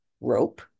rope